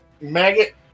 maggot